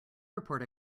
report